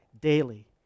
daily